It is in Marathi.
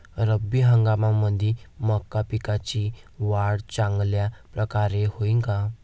रब्बी हंगामामंदी मका पिकाची वाढ चांगल्या परकारे होईन का?